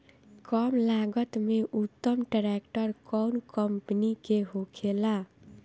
कम लागत में उत्तम ट्रैक्टर कउन कम्पनी के होखेला?